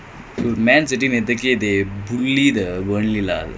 it's the roma player the czech roma player